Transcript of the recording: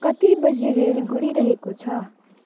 कति बजी रेल गुडिरहेको छ